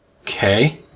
Okay